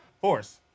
Force